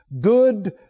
good